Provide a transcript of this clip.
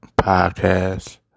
podcast